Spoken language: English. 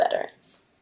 veterans